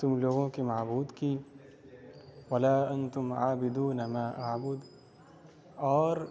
تم لوگوں کے معبود کی اور